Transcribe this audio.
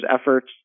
efforts